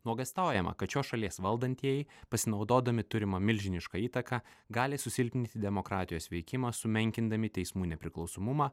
nuogąstaujama kad šios šalies valdantieji pasinaudodami turima milžiniška įtaka gali susilpninti demokratijos veikimą sumenkindami teismų nepriklausomumą